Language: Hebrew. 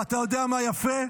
ואתה יודע מה יפה?